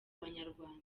abanyarwanda